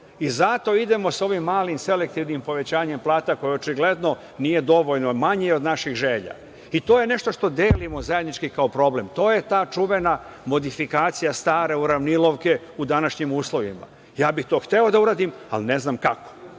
Zato idemo sa ovim malim selektivnim povećanjem plata koje očigledno nije dovoljno, manje je od naših želja. To je nešto što delimo zajednički kao problem. To je ta čuvena modifikacija stare uravnilovke u današnjim uslovima. Ja bih to hteo da uradim, ali ne znam kako.